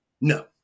No